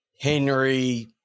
Henry